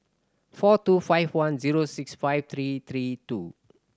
four two five one zero six five three three two